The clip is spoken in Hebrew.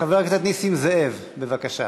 חבר הכנסת נסים זאב, בבקשה.